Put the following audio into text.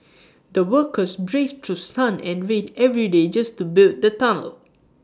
the workers braved through sun and rain every day just to build the tunnel